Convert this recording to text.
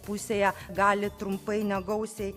pusėje gali trumpai negausiai